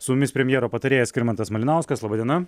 su jumis premjero patarėjas skirmantas malinauskas laba diena